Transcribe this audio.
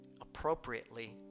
appropriately